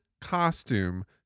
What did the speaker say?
costume